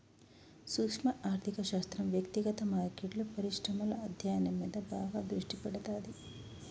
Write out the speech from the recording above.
సూక్శ్మ ఆర్థిక శాస్త్రం వ్యక్తిగత మార్కెట్లు, పరిశ్రమల అధ్యయనం మీద బాగా దృష్టి పెడతాది